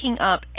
up